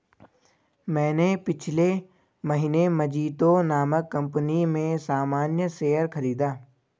मैंने पिछले महीने मजीतो नामक कंपनी में सामान्य शेयर खरीदा